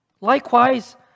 Likewise